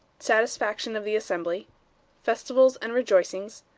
satisfaction of the assembly festivals and rejoicings.